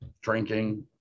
drinking